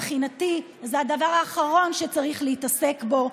מבחינתי זה הדבר האחרון שצריך להתעסק בו,